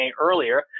earlier